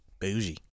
bougie